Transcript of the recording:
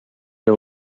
era